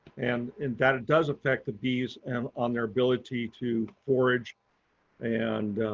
and in that it does affect the bees and on their ability to forage and